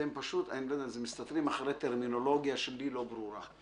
אתם מסתתרים אחרי טרמינולוגיה שלי היא לא ברורה,